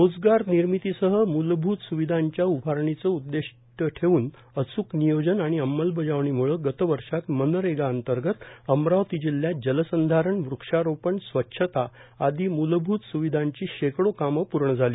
रोजगारनिर्मितीसह मुलभूत सुविधांच्या उभारणीचे उद्दिष्ट ठेवून अचूक नियोजन आणि अंमलबजावणीमुळे गत वर्षात मनरेगाअंतर्गत जिल्ह्यात जलसंधारण वृक्षारोपण स्वच्छता आदी मुलभूत सुविधांची शेकडो कामं पूर्ण झाली